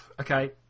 Okay